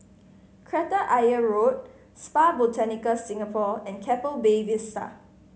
Kreta Ayer Road Spa Botanica Singapore and Keppel Bay Vista